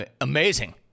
Amazing